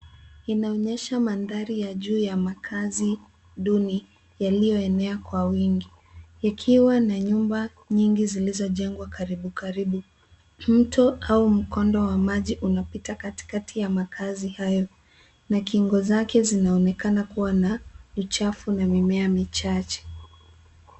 Inaonyesha mandhari ya juu ya makazi duni yalioenea kwa wingi, ikiwa na nyumba nyingi zilizojengwa karibu karibu, mto au mkondo wa maji unapita katikati ya makazi hayo na kingo zake zinaonekana kuwa na uchafu na mimea michache.